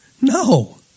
no